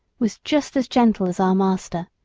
was just as gentle as our master,